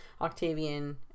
octavian